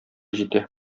җитә